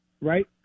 right